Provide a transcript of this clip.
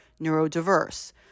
neurodiverse